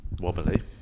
wobbly